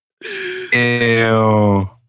Ew